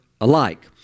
alike